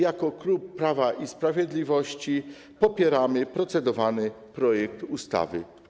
Jako klub Prawa i Sprawiedliwości popieramy procedowany projekt ustawy.